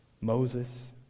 Moses